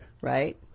Right